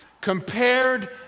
Compared